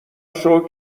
شکر